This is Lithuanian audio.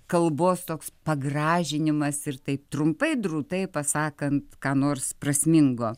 kalbos toks pagražinimas ir taip trumpai drūtai pasakant ką nors prasmingo